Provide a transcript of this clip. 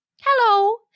hello